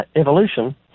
evolution